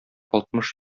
алтмыш